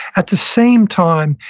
at the same time,